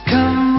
Come